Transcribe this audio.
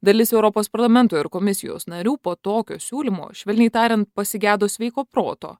dalis europos parlamento ir komisijos narių po tokio siūlymo švelniai tariant pasigedo sveiko proto